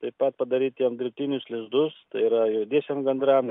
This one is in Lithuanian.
taip pat padaryt jiem dirbtinius lizdus tai yra juodiesiem gandram